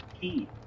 key